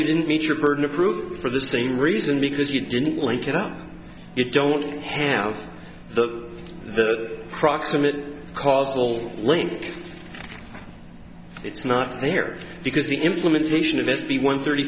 you didn't meet your burden of proof for the same reason because you didn't like it or you don't have the the proximate cause will link it's not there because the implementation of s b one thirty